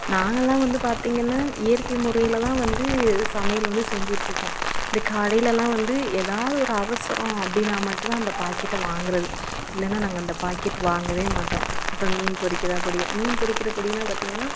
நாங்கலெலாம் வந்து பார்த்திங்கன்னா இயற்கை முறையில் தான் வந்து சமையல் வந்து செஞ்சிட்டுருக்கோம் இந்த கடையிலெலாம் வந்து ஏதாவது ஒரு அவசரம் அப்படின்னா மட்டும்தான் இந்த பாக்கெட்டை வாங்கிறது இல்லைன்னா நாங்கள் அந்த பாக்கெட் வாங்கவே மாட்டோம் இப்போ மீன் பொரிக்கின்ற பொடியாக மீன் பொரிக்கின்ற பொடின்னா பார்த்திங்கன்னா